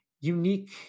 unique